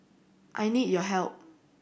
I need your help